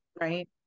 Right